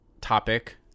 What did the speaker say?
topic